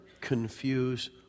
confuse